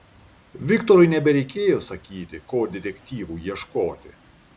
viktorui nebereikėjo sakyti ko detektyvui ieškoti